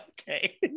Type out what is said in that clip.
okay